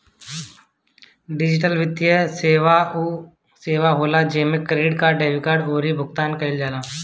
digital वित्तीय सेवा उ सेवा होला जेमे क्रेडिट, डेबिट अउरी भुगतान कईल जाला